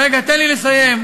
רגע, תן לי לסיים.